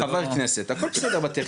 עמית, אתה חבר כנסת, הכל בסדר בטכניקה.